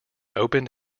opened